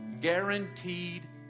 guaranteed